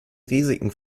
risiken